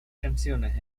canciones